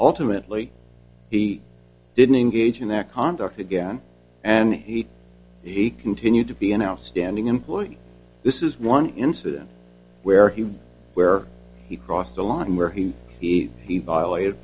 ultimately he didn't engage in that conduct again and he he continued to be an outstanding employee this is one incident where he where he crossed the line where he he he violated